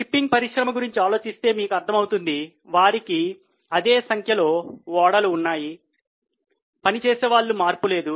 shipping పరిశ్రమ గురించి ఆలోచిస్తే మీకు అర్థమవుతుంది వారికి అదే సంఖ్యలో ఓడలు ఉన్నాయి పని చేసేవాళ్ళు మార్పు లేదు